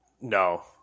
No